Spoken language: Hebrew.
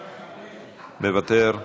מוותר,